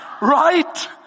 right